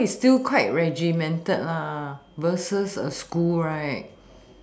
so it's still quite regimented vs a school right